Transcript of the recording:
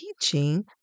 teaching